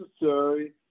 necessary